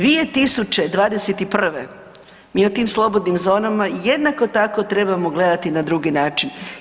2021. mi o tom slobodnim zonama jednako tako trebamo gledati na drugi način.